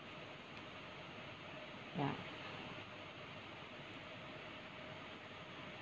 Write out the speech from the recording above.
yeah